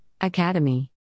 academy